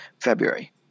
February